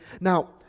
Now